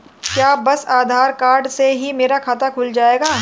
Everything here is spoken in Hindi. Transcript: क्या बस आधार कार्ड से ही मेरा खाता खुल जाएगा?